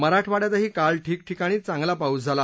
मराठवाङ्यातही काल ठिकठिकाणी चांगला पाऊस झाला